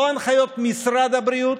לא הנחיות משרד הבריאות,